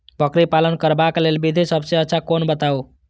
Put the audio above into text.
बकरी पालन करबाक लेल विधि सबसँ अच्छा कोन बताउ?